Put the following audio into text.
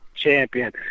Champion